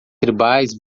tribais